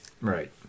Right